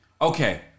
Okay